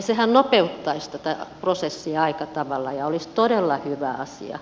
sehän nopeuttaisi tätä prosessia aika tavalla ja olisi todella hyvä asia